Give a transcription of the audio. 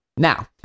Now